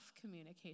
communication